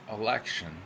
election